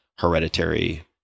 hereditary